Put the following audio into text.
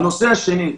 הנושא השני,